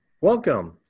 Welcome